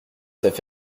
fait